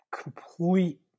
complete